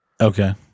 Okay